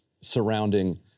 surrounding